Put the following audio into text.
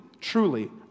truly